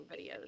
videos